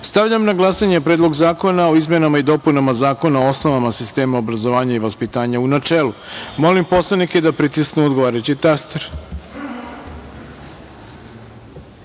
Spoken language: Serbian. celini. Stavljam na glasanje Predlog zakona o izmenama i dopunama Zakona o osnovama sistema obrazovanja i vaspitanja u celini. Molim poslanike da pritisnu odgovarajući